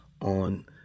on